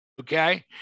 okay